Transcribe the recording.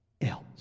else